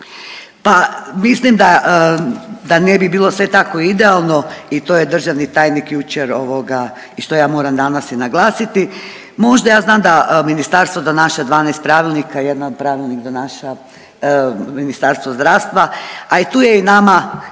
Pa mislim da, da ne bi bilo sve tako idealno i to je državni tajnik jučer ovoga i što ja moram danas i naglasiti, možda ja znam da ministarstvo donaša 12 pravilnika, jedan od pravilnik donaša Ministarstvo zdravstva, a i tu je i nama